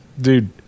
dude